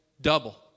double